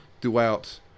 throughout